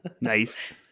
Nice